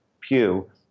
pew